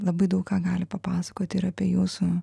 labai daug ką gali papasakoti ir apie jūsų